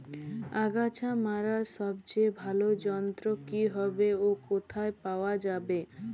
আগাছা মারার সবচেয়ে ভালো যন্ত্র কি হবে ও কোথায় পাওয়া যাবে?